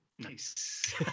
nice